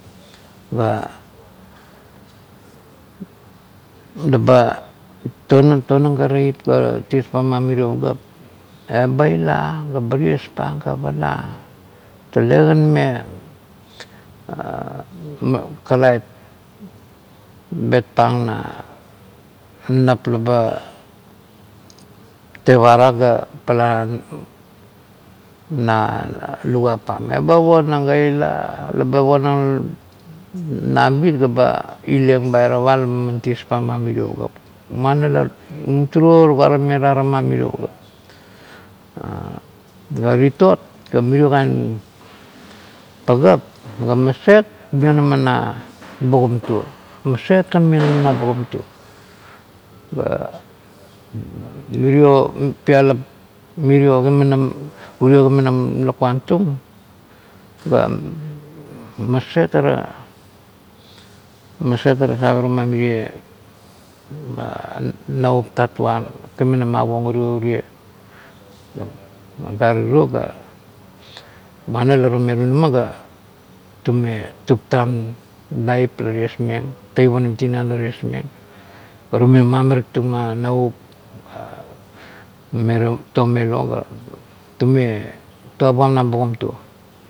leba tonang tonang ga teip ga ties pang mang mirio pagap ga la ga eba ties pang ma mirio tale mime kan mime kalat bet pang na nap leba terara ga pala na luguap pam eba ponang ga ila, leha ponang nabit ga eb ila lena ba irapa laman ties pang mama mirio pagap. Muana la turuo turuo tuga tame taramam mirio pagap, ga tiot la mirio kan pagap ba maset maionag na bugan tuo. maset kan ionama na bugan tuo. Mirio pilap miro kuananan urio urio kimanam lakuan ga maset ga maset ara maset ara saverang ma mirie napup tatuan kimanam avuong urio, urie gave tiro ga muan urio la tume runama ga tuptam laip la ties meng, teip unimtinan la ties meng pa tume mamarik tung navup me tomelo ga tume tuabum na bugam tuo.